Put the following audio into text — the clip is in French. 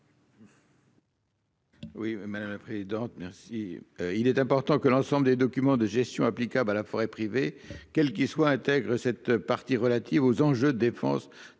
Oui madame la présidente, merci. Il est important que l'ensemble des documents de gestion applicable à la forêt privée, quel qu'il soit intègre cette partie relative aux enjeux défense des forêts